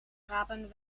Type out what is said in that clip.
rapen